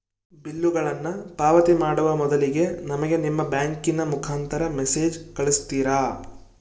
ಬಿಲ್ಲುಗಳನ್ನ ಪಾವತಿ ಮಾಡುವ ಮೊದಲಿಗೆ ನಮಗೆ ನಿಮ್ಮ ಬ್ಯಾಂಕಿನ ಮುಖಾಂತರ ಮೆಸೇಜ್ ಕಳಿಸ್ತಿರಾ?